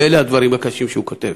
ואלה הדברים הקשים שהוא כותב: